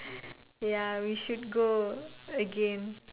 ya we should go again